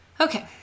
Okay